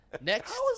Next